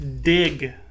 Dig